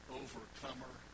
overcomer